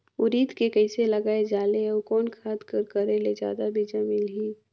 उरीद के कइसे लगाय जाले अउ कोन खाद कर करेले जादा बीजा मिलही?